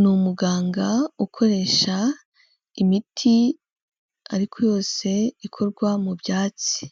Ni umuganga ukoresha imiti ariko yose ikorwa mu byatsi,